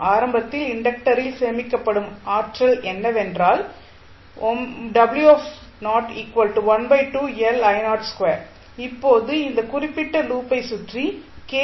ஆரம்பத்தில் இன்டக்டரில் சேமிக்கப்படும் ஆற்றல் என்னவென்றால் இப்போது இந்த குறிப்பிட்ட லூப்பை சுற்றி கே